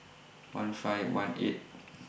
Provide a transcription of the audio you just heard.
one five one eight